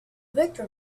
victor